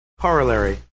corollary